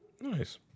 Nice